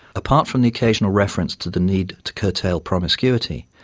apart from the occasional reference to the need to curtail promiscuity,